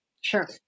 Sure